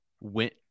went